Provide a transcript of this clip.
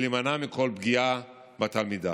ולהימנע מכל פגיעה בתלמידה.